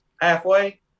halfway